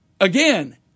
again